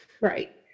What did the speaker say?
Right